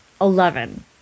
Eleven